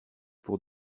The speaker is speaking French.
pour